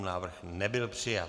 Návrh nebyl přijat.